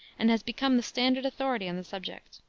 and has become the standard authority on the subject.